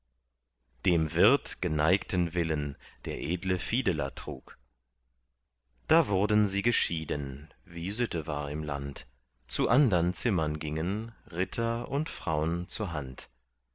dem wirt geneigten willen der edle fiedeler trug da wurden sie geschieden wie sitte war im land zu andern zimmern gingen ritter und fraun zur hand